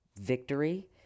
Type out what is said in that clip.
victory